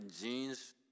jeans